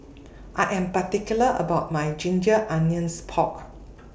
I Am particular about My Ginger Onions Pork